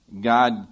God